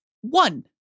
one